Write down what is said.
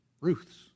Ruth's